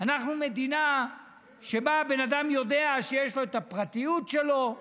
אנחנו מדינה שבה בן אדם יודע שיש לו את הפרטיות שלו,